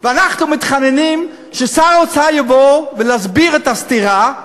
ואנחנו מתחננים ששר האוצר יבוא ויסביר את הסתירה.